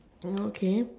oh okay